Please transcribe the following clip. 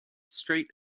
straight